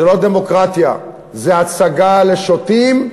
זו לא דמוקרטיה, זו הצגה לשוטים,